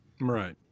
Right